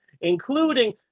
including